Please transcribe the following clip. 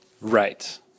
Right